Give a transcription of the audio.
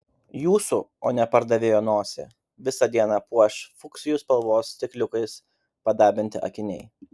jūsų o ne pardavėjo nosį visą dieną puoš fuksijų spalvos stikliukais padabinti akiniai